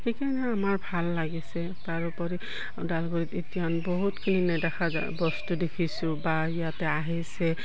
সেইকাৰণে আমাৰ ভাল লাগিছে তাৰোপৰি ওদালগুৰিত এতিয়া বহুতখিনি নেদেখা যা বস্তু দেখিছোঁ বা ইয়াতে আহিছে